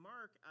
Mark